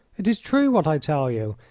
it is true what i tell you.